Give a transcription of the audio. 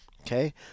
okay